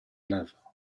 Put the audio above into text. lève